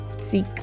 seek